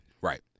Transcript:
Right